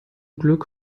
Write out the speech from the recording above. glück